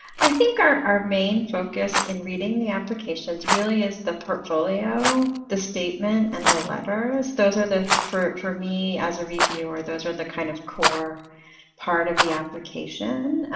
i think our our main focus in reading the applications really is the portfolio, the statement and the letters. those are the, for for me, as a reviewer, those are the kind of core part of the application.